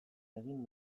egin